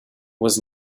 was